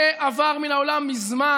זה עבר מן העולם מזמן.